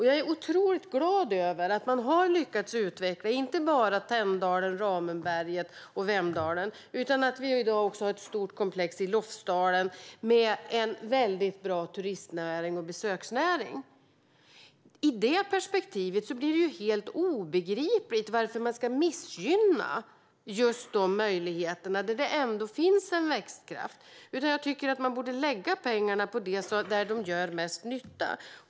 Jag är otroligt glad över att man har lyckats utveckla inte bara Tänndalen, Ramundberget och Vemdalen utan att vi i dag också har ett stort komplex i Lofsdalen med en mycket bra turistnäring och besöksnäring. I det perspektivet blir det helt obegripligt varför man ska missgynna möjligheterna när det ändå finns en växtkraft. Man borde lägga pengarna där de gör mest nytta.